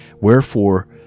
Wherefore